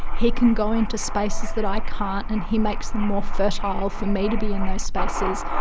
he can go into spaces that i can't and he makes them more fertile for me to be in those spaces.